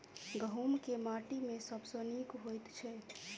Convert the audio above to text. गहूम केँ माटि मे सबसँ नीक होइत छै?